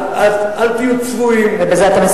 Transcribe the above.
אז אל תהיו צבועים, ובזה אתה מסיים.